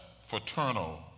fraternal